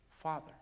Father